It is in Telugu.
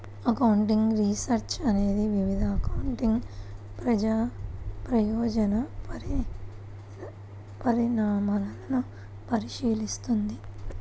అకౌంటింగ్ రీసెర్చ్ అనేది వివిధ అకౌంటింగ్ ప్రజా ప్రయోజన పరిణామాలను పరిశీలిస్తుంది